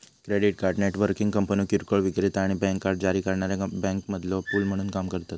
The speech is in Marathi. क्रेडिट कार्ड नेटवर्किंग कंपन्यो किरकोळ विक्रेता आणि बँक कार्ड जारी करणाऱ्यो बँकांमधलो पूल म्हणून काम करतत